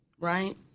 right